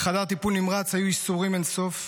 בחדר בטיפול נמרץ היו ייסורים אין-סוף,